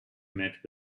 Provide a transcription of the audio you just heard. met